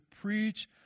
preach